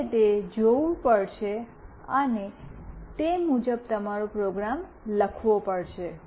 તમારે તે જોવું પડશે અને તે મુજબ તમારો પ્રોગ્રામ લખવો પડશે